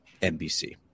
NBC